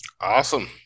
Awesome